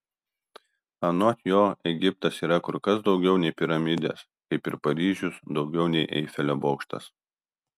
anot jo egiptas yra kur kas daugiau nei piramidės kaip ir paryžius daugiau nei eifelio bokštas